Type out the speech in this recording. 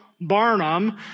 Barnum